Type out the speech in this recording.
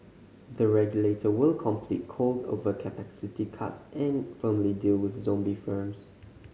the regulator will complete coal overcapacity cuts and firmly deal with zombie firms